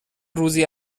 روزی